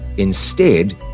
instead,